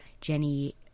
Jenny